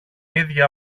ίδια